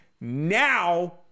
now